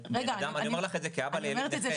אני אומר לך את זה כאבא לילד נכה.